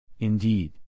indeed